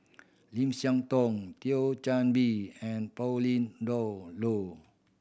Lim Siah Tong Thio Chan Bee and Pauline Dawn Loh